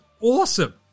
awesome